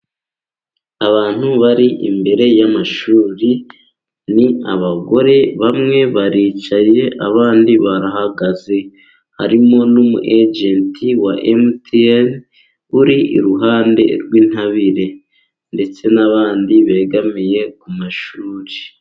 Abantu bari imbere y'amashuri ni abagore, bamwe baricaye abandi barahagaze. Harimo n'umuejenti wa Emutiyeni uri iruhande rw'intabire ndetse n'abandi begamiye ku mashuri.